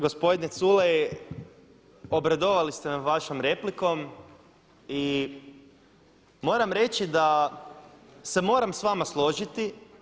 Gospodine Culej, obradovali ste me vašom replikom i moram reći da se moram sa vama složiti.